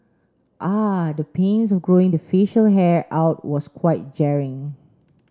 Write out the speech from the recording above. ah the pains of growing the facial hair out was quite jarring